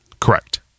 Correct